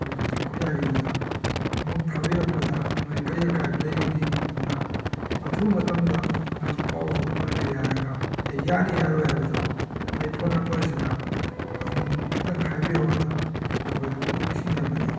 ꯑꯩꯈꯣꯏ ꯀꯛꯆꯤꯡ ꯈꯨꯟꯌꯥꯏꯒꯤꯗꯨꯗ ꯑꯃꯨꯛ ꯊꯥꯕꯤꯔꯛꯄꯗ ꯅꯣꯏ ꯀꯔꯤ ꯑꯀꯥꯏꯕ ꯂꯩꯒꯅꯤ ꯑꯗꯨꯅ ꯑꯊꯨꯕ ꯃꯇꯝꯗ ꯀꯩꯅꯣ ꯄꯥꯎꯗꯨ ꯐꯪꯍꯟꯕꯤꯔꯦ ꯍꯥꯏꯔꯒ ꯑꯦ ꯌꯥꯅꯤ ꯌꯥꯔꯣꯏ ꯍꯥꯏꯕꯗꯣ ꯑꯩ ꯐꯣꯟ ꯅꯝꯕꯔꯁꯤꯗ ꯑꯗꯨꯝ ꯈꯤꯇꯪ ꯍꯥꯏꯕꯤꯔꯛꯑꯣ ꯅꯈꯣꯏꯗ ꯑꯃꯨꯛ ꯅꯤꯡꯁꯤꯡꯖꯕꯅꯤ